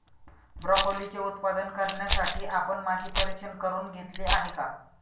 ब्रोकोलीचे उत्पादन करण्यासाठी आपण माती परीक्षण करुन घेतले आहे का?